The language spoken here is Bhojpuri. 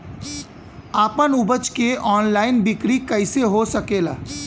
आपन उपज क ऑनलाइन बिक्री कइसे हो सकेला?